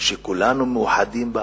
שכולנו מאוחדים בה.